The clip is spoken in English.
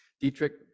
Dietrich